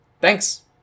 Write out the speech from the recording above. Thanks